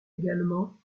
également